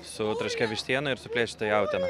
su traškia vištiena ir su plėšyta jautiena